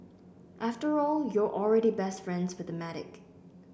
after all you're already best friends with the medic